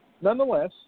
Nonetheless